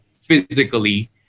physically